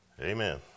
Amen